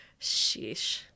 sheesh